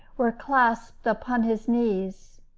were clasped upon his knees.